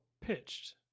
pitched